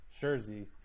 jersey